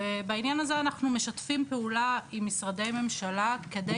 ובעניין הזה אנחנו משתפים פעולה עם משרדי הממשלה כדי